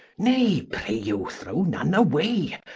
nay, pray you throw none away,